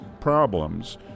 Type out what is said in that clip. problems